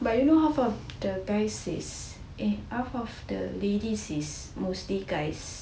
but you know half of the guys is eh half of the ladies is mostly guys